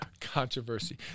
controversy